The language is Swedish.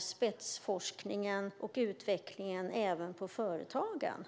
spetsforskningen och utvecklingen även för företagen.